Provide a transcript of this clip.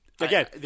Again